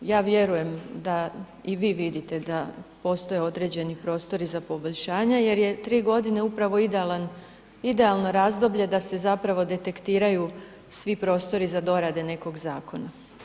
Ja vjerujem da i vi vidite da postoje određeni prostori za poboljšanja jer je 3.g. upravo idealna, idealno razdoblje da se zapravo detektiraju svi prostori za dorade nekog zakona.